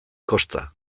kosta